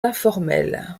informel